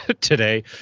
today